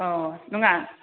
अ नङा